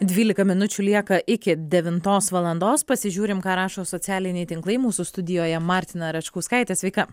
dvylika minučių lieka iki devintos valandos pasižiūrim ką rašo socialiniai tinklai mūsų studijoje martina račkauskaitė sveika